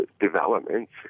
developments